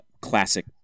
Classic